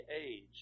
age